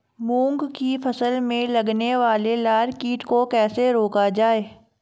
मूंग की फसल में लगने वाले लार कीट को कैसे रोका जाए?